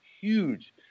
huge